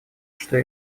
что